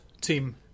team